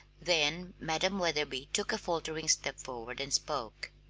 then madam wetherby took a faltering step forward and spoke.